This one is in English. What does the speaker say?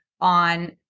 on